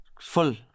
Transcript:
Full